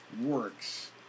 works